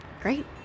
Great